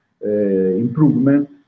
improvement